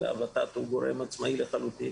הם גורם עצמאי לחלוטין